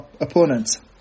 opponents